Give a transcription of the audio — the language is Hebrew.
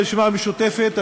ברשימה המשותפת,